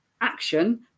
action